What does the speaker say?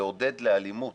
שלעודד לאלימות